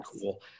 cool